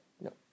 No